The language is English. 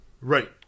Right